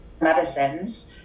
medicines